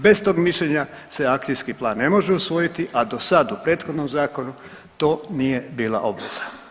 Bez tog mišljenja se akcijski plan ne može usvojiti, a do sad u prethodnom zakonu to nije bila obveza.